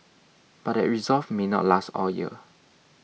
but that resolve may not last all year